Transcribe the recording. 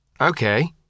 Okay